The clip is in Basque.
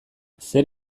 zer